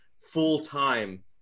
full-time